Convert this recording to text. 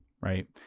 right